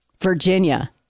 virginia